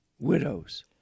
widows